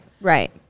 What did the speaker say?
Right